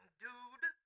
dude